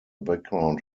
background